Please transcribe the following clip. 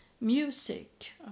Music